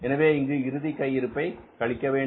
எனவே இங்கு இறுதி கையிருப்பை கழிக்கவேண்டும்